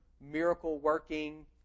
miracle-working